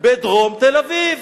בדרום תל-אביב.